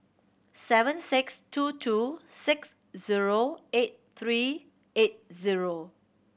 seven six two two six zero eight three eight zero